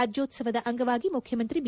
ರಾಜ್ಲೋತ್ವವದ ಅಂಗವಾಗಿ ಮುಖ್ಯಮಂತ್ರಿ ಬಿ